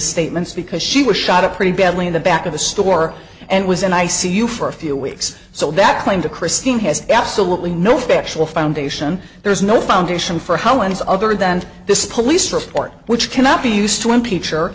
statements because she was shot up pretty badly in the back of the store and was in i c u for a few weeks so that claim to christine has absolutely no factual foundation there's no foundation for how it is other than this police report which cannot be used